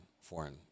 foreign